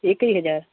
एक ही हज़ार